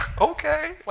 okay